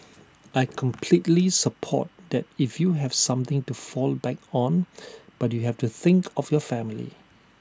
I completely support that if you have something to fall back on but you have to think of your family